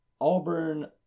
Auburn